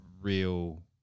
real